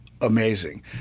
amazing